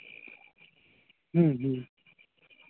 ᱦᱮᱸ ᱦᱮᱸ